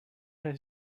where